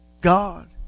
God